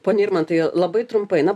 pone irmantai labai trumpai na